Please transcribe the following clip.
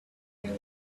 there